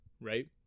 Right